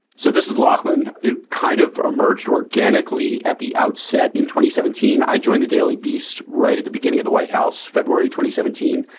so this is lauchlan. it kind of emerged organically at the outset. in twenty seventeen, i joined the daily beast right at the beginning of the white house, february twenty, seventeen.